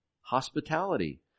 hospitality